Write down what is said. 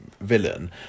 villain